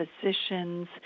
physicians